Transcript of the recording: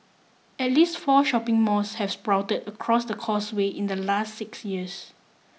at least four shopping malls have sprouted across the Causeway in the last six years